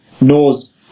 knows